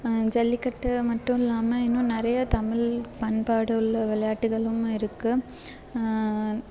ஜல்லிக்கட்டு மட்டும் இல்லாமல் இன்னும் நிறைய தமிழ் பண்பாடு உள்ள விளையாட்டுகளும் இருக்குது